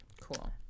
Cool